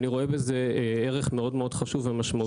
אני רואה בכך ערך מאוד חשוב ומשמעותי.